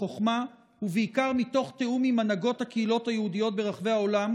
בחוכמה ובעיקר מתוך תיאום עם הנהגות הקהילות היהודיות ברחבי העולם,